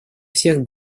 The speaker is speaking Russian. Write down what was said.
всех